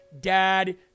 dad